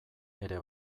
ere